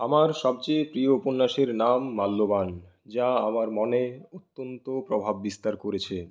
আমার সবচেয়ে প্রিয় উপন্যাসের নাম মাল্যবান যা আমার মনে অত্যন্ত প্রভাব বিস্তার করেছে